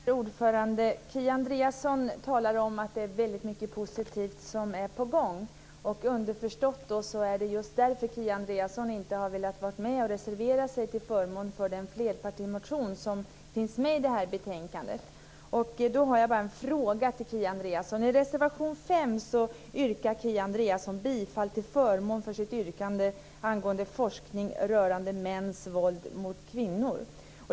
Herr talman! Kia Andreasson talar om att det är väldigt mycket positivt som är på gång. Underförstått är det just därför Kia Andreasson inte har velat vara med och reservera sig till förmån för den flerpartimotion som finns i det här betänkandet. I reservation 5 har Kia Andreasson ett yrkande till förmån för en motion angående forskning rörande mäns våld mot kvinnor.